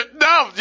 No